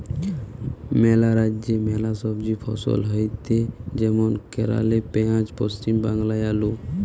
ম্যালা রাজ্যে ম্যালা সবজি ফসল হয়টে যেমন কেরালে পেঁয়াজ, পশ্চিম বাংলায় আলু